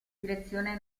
direzione